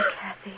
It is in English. Kathy